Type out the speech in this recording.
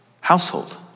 household